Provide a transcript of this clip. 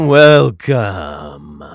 welcome